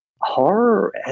Horror